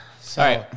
Sorry